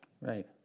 Right